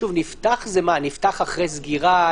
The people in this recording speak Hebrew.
נפתח אחרי סגירה?